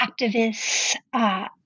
activists